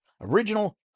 Original